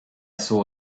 saw